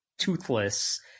toothless